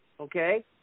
Okay